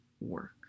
work